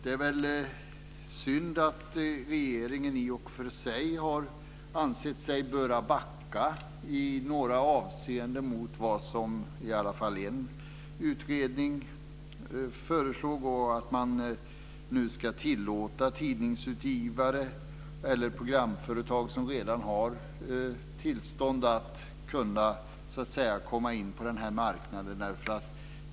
Det är väl i och för sig synd att regeringen har ansett sig böra backa i några avseenden jämfört med vad som i alla fall en utredning föreslog och att man nu ska tillåta tidningsutgivare eller programföretag som redan har tillstånd att komma in på denna marknad.